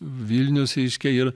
vilnius reiškia ir